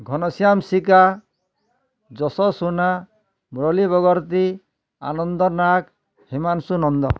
Ghanashyam Sika Yash Suna Murali Bhogarti Ananda Nag Himanshu Nanda